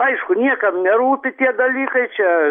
aišku niekam nerūpi tie dalykai čia